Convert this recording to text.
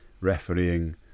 refereeing